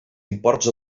imports